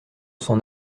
son